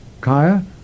Kaya